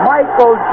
Michael